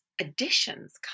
Additions